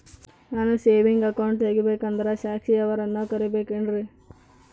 ನಾನು saving account ತೆಗಿಬೇಕಂದರ ಸಾಕ್ಷಿಯವರನ್ನು ಕರಿಬೇಕಿನ್ರಿ?